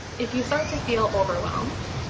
if you start to feel overwhelmed,